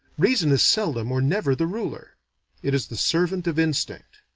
reason is seldom or never the ruler it is the servant of instinct.